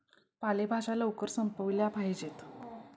पालेभाज्या लवकर संपविल्या पाहिजेत